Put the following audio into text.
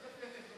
לא לפי התכנון